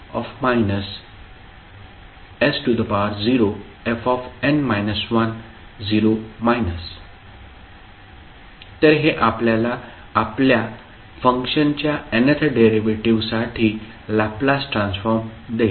s0fn 10 तर हे आपल्याला आपल्या फंक्शनच्या nth डेरिव्हेटिव्हसाठी लॅपलास ट्रान्सफॉर्म देईल